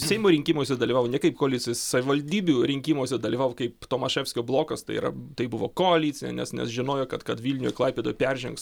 seimo rinkimuose dalyvavo ne kaip koalicija savivaldybių rinkimuose dalyvavo kaip tomaševskio blokas tai yra tai buvo koalicija nes nes žinojo kad kad vilniuje klaipėdoj peržengs